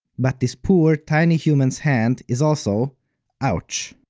but this poor tiny human's hand is also ouch.